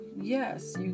yes